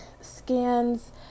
scans